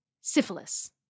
syphilis